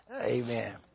amen